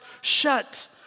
shut